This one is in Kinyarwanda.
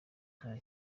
nta